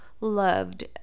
loved